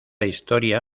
historia